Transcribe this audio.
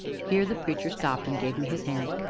here the preacher stopped and gave me his hand,